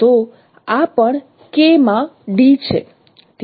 તો આ પણ K માં d છે